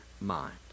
mind